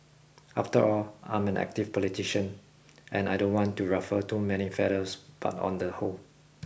after all I'm an active politician and I don't want to ruffle too many feathers but on the whole